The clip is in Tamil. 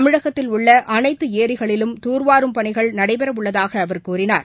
தமிழகத்தில் உள்ள அனைத்து ஏரிகளிலும் தூர்வாரும் பணிகள் நடடபெறவுள்ளதாக அவர் கூறினார்